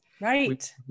right